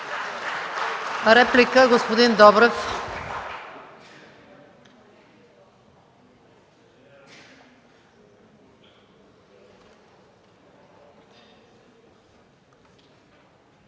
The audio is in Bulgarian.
дуплика, господин Шопов.